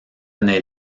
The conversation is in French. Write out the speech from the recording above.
année